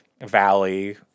valley